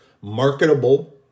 marketable